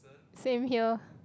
same here